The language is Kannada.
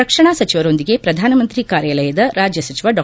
ರಕ್ಷಣಾ ಸಚಿವರೊಂದಿಗೆ ಪ್ರಧಾನಮಂತ್ರಿ ಕಾರ್ಯಾಲಯದ ರಾಜ್ಯ ಸಚಿವ ಡಾ